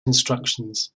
instructions